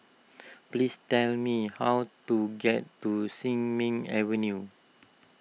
please tell me how to get to Sin Ming Avenue